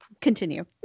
continue